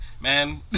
man